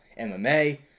MMA